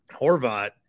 Horvat